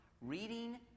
reading